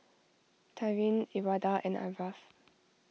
Taryn Elwanda and Aarav